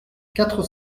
quatre